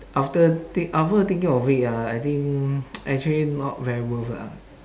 after think after thinking of it ah I think actually not very worth lah